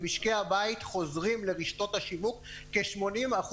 במשקי הבית חוזרים לרשתות השיווק כ-80%